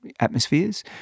atmospheres